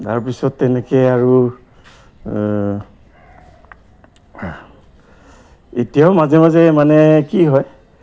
তাৰপিছত তেনেকে আৰু এতিয়াও মাজে মাজে মানে কি হয়